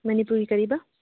ꯃꯅꯤꯄꯨꯔꯒꯤ ꯀꯔꯤꯕ